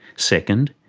second,